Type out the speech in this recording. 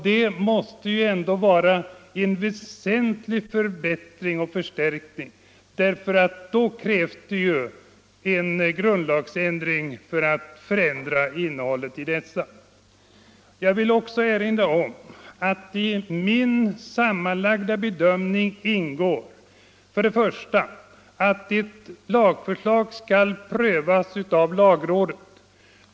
Det måste ju ändå vara en avgörande förbättring, eftersom det skulle krävas en grundlagsändring för att förändra innehållet i dessa rättigheter. I min sammanlagda bedömning ingår först och främst att ett lagförslag skall prövas av lagrådet.